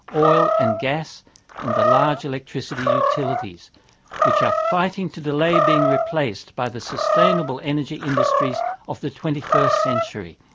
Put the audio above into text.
oil and gas and the large electricity utilities which are fighting to delay being replaced by the sustainable energy industries of the twenty first century,